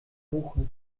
buche